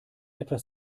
etwas